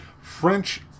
French